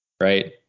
right